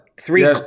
Three